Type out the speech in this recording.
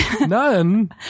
None